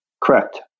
Correct